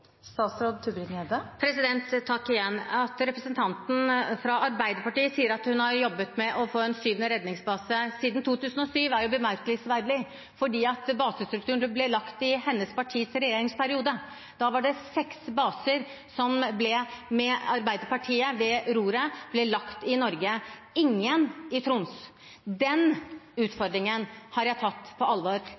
At representanten fra Arbeiderpartiet sier at hun har jobbet med å få en syvende redningsbase siden 2007, er bemerkelsesverdig, for basestrukturen ble lagt i hennes partis regjeringsperiode. Da var det seks baser som, med Arbeiderpartiet ved roret, ble lagt i Norge – ingen i Troms. Den utfordringen har jeg tatt på alvor.